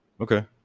Okay